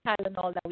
Tylenol